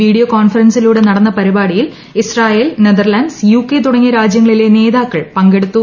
video കോൺഫറൻസിലൂടെ നടന്ന പരിപാടിയിൽ ഇസ്രായേൽ നെതർലൻഡ്സ് യു കെ തുടങ്ങിയ രാജൃങ്ങളിലെ നേതാക്കൾ പങ്കെടുത്തു